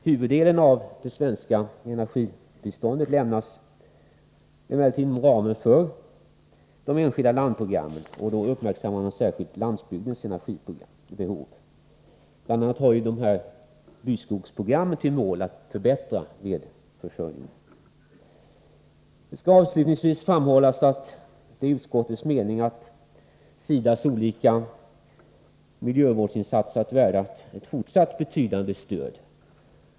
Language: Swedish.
Huvuddelen av det svenska energibiståndet lämnas emellertid inom ramen för enskilda landprogram, och då uppmärksammar man särskilt landsbygdens energibehov. Bl.a. har ju byskogsprogrammen till mål att förbättra brännvedsförsörjningen. Avslutningsvis skall framhållas att det är utskottets mening att SIDA:s olika miljövårdsinsatser är värda ett fortsatt betydande stöd.